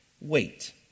Wait